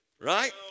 Right